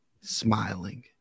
smiling